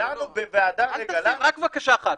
-- וגם האטה בקצב ההכפלה.